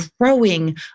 Growing